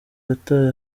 yataye